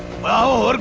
wow,